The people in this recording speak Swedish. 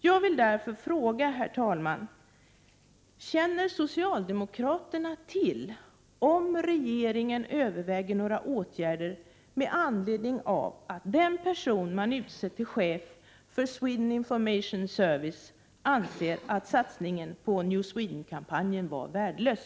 Jag vill därför, herr talman, fråga: Känner socialdemokraterna till om regeringen överväger några åtgärder med anledning av att den person man utsett till chef för Sweden Information Service anser att satsningen på New Sweden-kampanjen var värdelös?